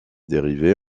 dérivés